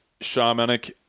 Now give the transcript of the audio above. shamanic